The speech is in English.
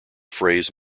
phrase